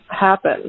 happen